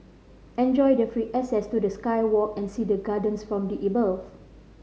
enjoy the free access to the sky walk and see the gardens from the above